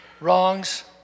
wrongs